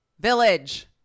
Village